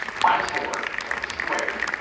times four, so squared,